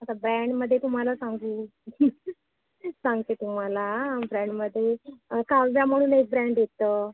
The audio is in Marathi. आता ब्रँडमध्ये तुम्हाला सांगू सांगते तुम्हाला हां ब्रँडमध्ये काव्या म्हणून एक ब्रँड येतं